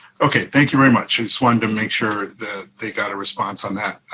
okay, thank you very much. i just wanted to make sure that they got a response on that.